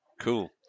cool